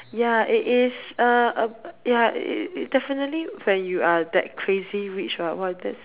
ya it is a uh ya its definitely when you are that crazy rich !wah! there's